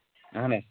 اَہن حظ